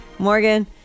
morgan